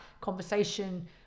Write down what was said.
conversation